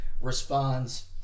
responds